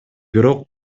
бирок